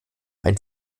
ein